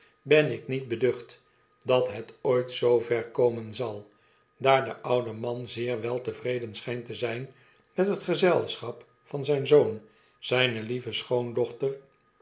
ben ik niet beducht dat het ooit zoover komen zal daar de oude man zeer weltevreden schijnt te zijn met het gezelschap van zijn zoon zjjne lieve schoondochter